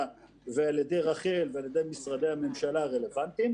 ועל ידי רח"ל ועל ידי משרדי הממשלה הרלוונטיים,